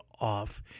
off